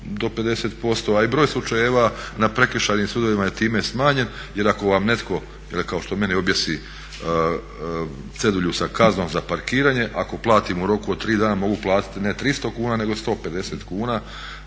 do 50%, a i broj slučajeva na prekršajnim sudovima je time smanjen jer ako vam netko ili kao što meni objesi cedulju sa kaznom za parkiranje ako platim u roku od tri dana mogu platiti ne 300 kuna nego 150 kuna